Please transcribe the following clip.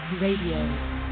RADIO